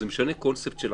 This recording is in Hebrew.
זה משנה קונספט של החוק.